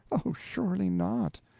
oh, surely not.